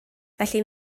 felly